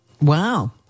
Wow